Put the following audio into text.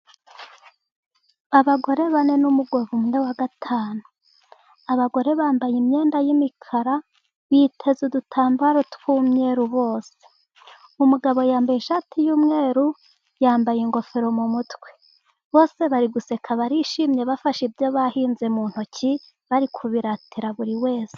Abagore bane n'umugabo umwe wa gatanu. Abagore bambaye imyenda y'imikara, biteze udutambaro tw'umweru bose. Umugabo yambaye ishati y'umweru, yambaye ingofero mu mutwe. Bose bari guseka barishimye, bafashe ibyo bahinze mu ntoki bari kubiratira buri wese.